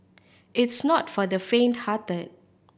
it's not for the fainthearted